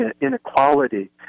inequality